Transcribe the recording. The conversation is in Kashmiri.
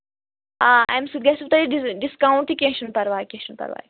آ اَمہِ سۭتۍ گژھِوٕ تۄہہِ ڈِس ڈِسکاوُنٛٹ تہِ کیٚنٛہہ چھُنہٕ پَرواے کیٚنٛہہ چھُنہٕ پَرواے